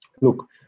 look